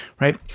right